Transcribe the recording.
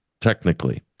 Technically